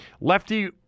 Lefty